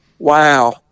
Wow